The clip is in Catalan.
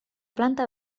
planta